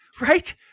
Right